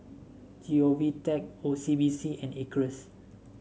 G O V Tech C B C and Acres